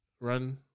run